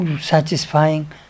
satisfying